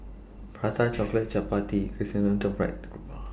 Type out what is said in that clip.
Prata Chocolate Chappati